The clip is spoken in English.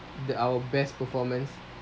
the our best performance